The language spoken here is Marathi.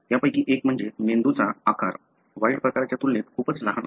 त्यापैकी एक म्हणजे ऍनिमलंचा आकार वाइल्ड प्रकाराच्या तुलनेत खूपच लहान आहे